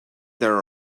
there